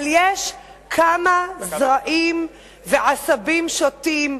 אבל יש כמה זרעים ועשבים שוטים,